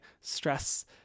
stress